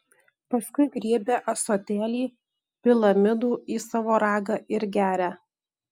paskui griebia ąsotėlį pila midų į savo ragą ir geria